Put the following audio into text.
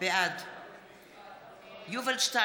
בעד יובל שטייניץ,